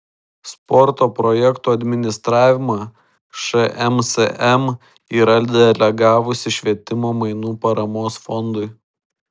sporto projektų administravimą šmsm yra delegavusi švietimo mainų paramos fondui